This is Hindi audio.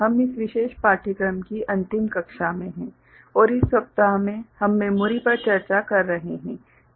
हम इस विशेष पाठ्यक्रम की अंतिम कक्षा में हैं और इस सप्ताह में हम मेमोरी पर चर्चा कर रहे हैं